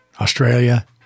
Australia